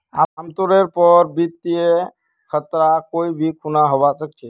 आमतौरेर पर वित्तीय खतरा कोई भी खुना हवा सकछे